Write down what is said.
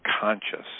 conscious